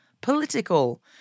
political